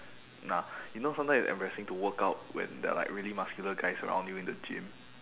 nah you know sometimes it's embarrassing to workout when there are like really muscular guys around you in the gym